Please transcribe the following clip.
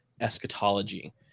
eschatology